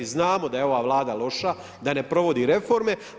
Znamo da je ova Vlada loša, da ne provodi reformi.